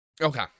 okay